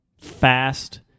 fast